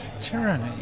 tyranny